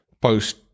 post